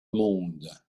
monde